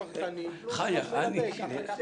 השאלה?